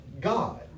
God